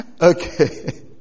Okay